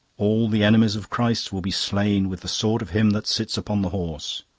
all the enemies of christ will be slain with the sword of him that sits upon the horse,